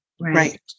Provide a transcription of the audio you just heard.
right